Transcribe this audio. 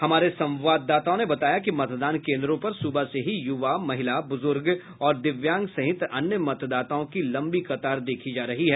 हमारे संवाददाताओं ने बताया कि मतदान केन्द्रों पर सुबह से ही युवा महिला बुज़ुर्ग और दिव्यांग सहित अन्य मतदाताओं की लम्बी कतार देखी जा रही है